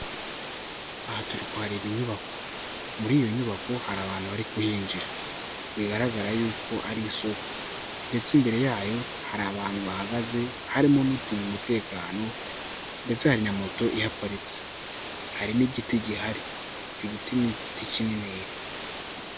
Aha turi kuhareba inyubako, muri iyo nyubako hari abantu bari kuhinjira bigaragara yuko ari isoko, ndetse imbere yayo hari abantu bahagaze harimo n'ucunga umutekano, ndetse hari na moto ihaparitse hari n'igiti gihari, icyo giti ni igiti kininiri.